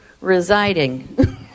residing